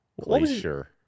glacier